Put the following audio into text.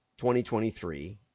2023